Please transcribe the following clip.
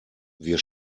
wir